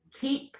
Keep